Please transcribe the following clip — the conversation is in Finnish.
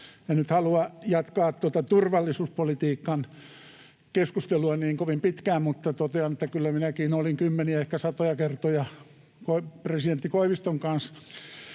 En nyt halua jatkaa tuota turvallisuuspolitiikan keskustelua niin kovin pitkään, mutta totean, että kyllä minäkin olin kymmeniä, ehkä satoja kertoja presidentti Koiviston kanssa